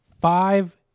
five